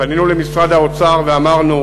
פנינו למשרד האוצר ואמרנו: